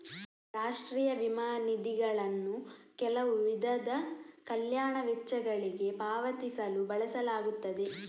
ರಾಷ್ಟ್ರೀಯ ವಿಮಾ ನಿಧಿಗಳನ್ನು ಕೆಲವು ವಿಧದ ಕಲ್ಯಾಣ ವೆಚ್ಚಗಳಿಗೆ ಪಾವತಿಸಲು ಬಳಸಲಾಗುತ್ತದೆ